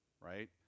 right